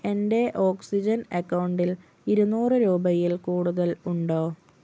എൻ്റെ ഓക്സിജൻ എക്കൗണ്ടിൽ ഇരുന്നൂറ് രൂപയിൽ കൂടുതൽ ഉണ്ടോ